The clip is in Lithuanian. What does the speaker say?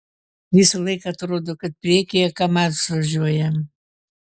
visą laiką atrodo kad priekyje kamaz važiuoja